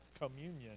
communion